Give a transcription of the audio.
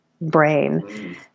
brain